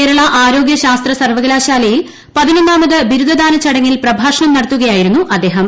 കേരള ആരോഗ്യ ശാസ്ത്ര സർവകലാശാലയിൽ പതിനൊന്നാമത് ബിരുദ്ദാന ചടങ്ങിൽ പ്രഭാഷണം നടത്തുകയായിരുന്നു അദ്ദേഹം